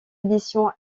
éditions